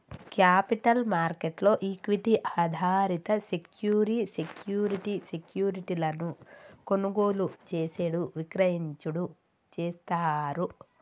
capital market లో equity ఆధారిత సెక్యూరి సెక్యూరిటీ సెక్యూరిటీలను కొనుగోలు చేసేడు విక్రయించుడు చేస్తారు